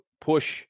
push